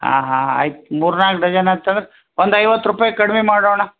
ಹಾಂ ಹಾಂ ಆಯ್ತು ಮೂರು ನಾಲ್ಕು ಡಜನ್ ಅಂತಂದ್ರೆ ಒಂದು ಐವತ್ತು ರೂಪಾಯಿ ಕಡಿಮೆ ಮಾಡೋಣ